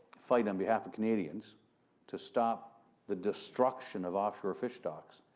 fight on behalf of canadians to stop the destruction of offshore fish stocks,